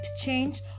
change